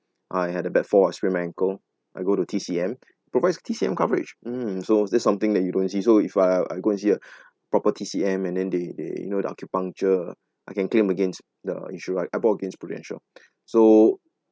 I had a bad fall I sprain ankle I go to T_C_M provides T_C_M coverage mm so this something that you don't see so if I I go and see a proper T_C_M and then they they you know the acupuncture I can claim against the issue right I bought against Prudential so